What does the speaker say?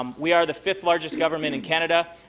um we are the fifth largest government in canada.